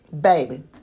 Baby